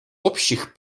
общих